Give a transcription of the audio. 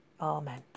Amen